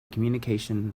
communication